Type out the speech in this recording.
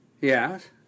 Yes